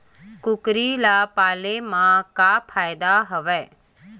कुकरी ल पाले म का फ़ायदा हवय?